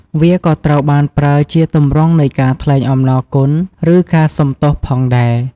វាក៏ត្រូវបានប្រើជាទម្រង់នៃការថ្លែងអំណរគុណ ឬការសុំទោសផងដែរ។